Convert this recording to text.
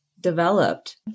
developed